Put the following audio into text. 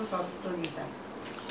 so it is this stretch of road